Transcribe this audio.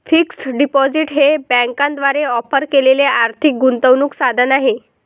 fixed deposit हे बँकांद्वारे offer केलेले आर्थिक गुंतवणूक साधन आहे